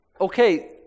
okay